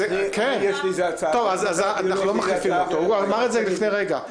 אנחנו לא מחליפים אותו, הוא אמר את זה לפני רגע.